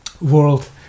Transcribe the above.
world